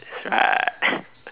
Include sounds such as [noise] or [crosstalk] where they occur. right [laughs]